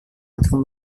untuk